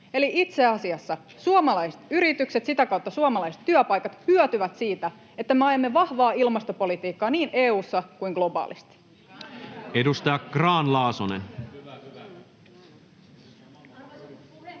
Eli itse asiassa suomalaiset yritykset ja sitä kautta suomalaiset työpaikat hyötyvät siitä, että me ajamme vahvaa ilmastopolitiikkaa niin EU:ssa kuin globaalisti. Edustaja Grahn-Laasonen. Arvoisa puhemies!